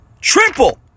triple